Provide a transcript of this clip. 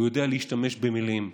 הוא יודע להשתמש במילים,